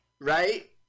right